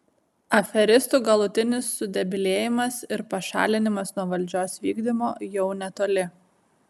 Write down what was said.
aferistų galutinis sudebilėjimas ir pašalinimas nuo valdžios vykdymo jau netoli